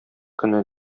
көне